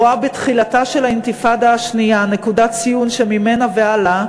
הרואה בתחילתה של האינתיפאדה השנייה נקודת ציון שממנה והלאה